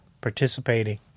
participating